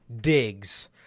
digs